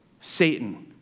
Satan